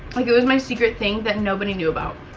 like, it was my secret thing that nobody knew about